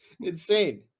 Insane